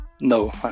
No